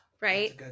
right